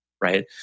right